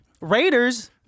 Raiders